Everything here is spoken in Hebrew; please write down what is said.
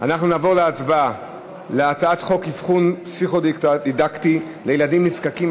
על הצעת חוק אבחון פסיכו-דידקטי לילדים נזקקים,